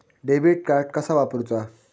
Debit card कसा वापरुचा?